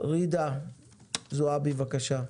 ג'ידא זועבי, בבקשה.